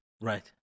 right